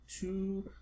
two